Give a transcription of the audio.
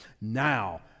Now